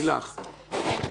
לילך, בבקשה.